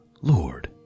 Lord